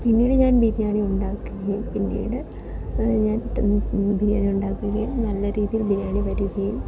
പിന്നീട് ഞാൻ ബിരിയാണി ഉണ്ടാക്കുകയും പിന്നീട് ഞാൻ ബിരിയാണി ഉണ്ടാക്കുകയും നല്ല രീതിയിൽ ബിരിയാണി വരുകയും